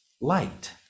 light